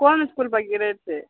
कोन इसकुलपर गिरैतै